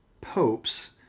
popes